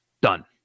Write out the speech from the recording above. Done